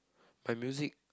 my music